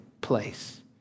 place